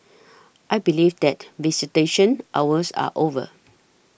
I believe that visitation hours are over